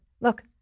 look